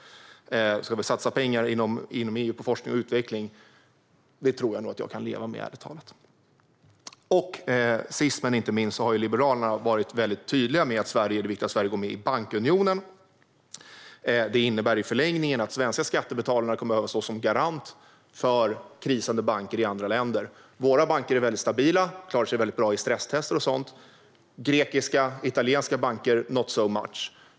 Ska vi satsa pengar på forskning och utveckling inom EU? Det kan jag leva med. Liberalerna har varit tydliga med att det är viktigt att Sverige går med i bankunionen. Det innebär i förlängningen att svenska skattebetalare kommer att behöva stå som garant för krisande banker i andra länder. Våra banker är stabila och klarar sig bra i stresstester. Grekiska och italienska banker - not so much.